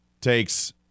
takes